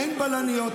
אין בלניות.